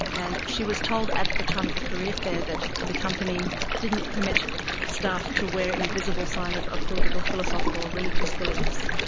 and she was told at the time of the career fair that the company didn't permit staff to wear any visible sign of of political, philosophical or religious beliefs,